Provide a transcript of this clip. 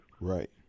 Right